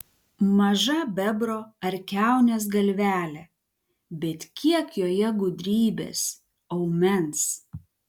maža bebro ar kiaunės galvelė bet kiek joje gudrybės aumens